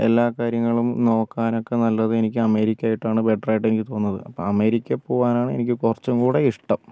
എല്ലാകാര്യങ്ങളും നോക്കാനൊക്കെ നല്ലത് എനിക്ക് അമേരിക്കയായിട്ടാണ് ബെറ്ററായിട്ട് എനിക്ക് തോന്നുന്നത് അപ്പോൾ അമേരിക്കയിൽ പോകാനാണ് എനിക്ക് കുറച്ചും കൂടെ ഇഷ്ട്ടം